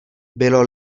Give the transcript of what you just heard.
bylo